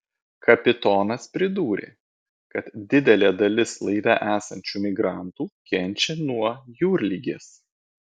kapitonas pridūrė kad didelė dalis laive esančių migrantų kenčia nuo jūrligės